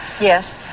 Yes